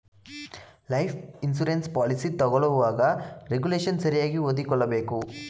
life insurance policy ತಗೊಳ್ಳುವಾಗ regulation ಸರಿಯಾಗಿ ಓದಿಕೊಳ್ಳಬೇಕು